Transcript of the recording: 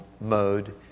mode